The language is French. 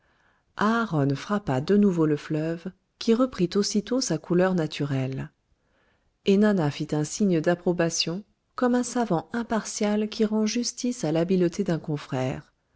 frappa de nouveau le fleuve qui reprit aussitôt sa couleur naturelle ennana fit un signe d'approbation comme un savant impartial qui rend justice à l'habileté d'un confrère